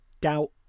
doubt